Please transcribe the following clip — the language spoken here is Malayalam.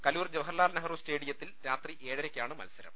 കലൂർ ജവഹർലാൽ നെഹ്രു സ്റ്റേഡിയത്തിൽ രാത്രി ഏഴരയ്ക്കാണ് മത്സ രം